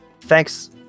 thanks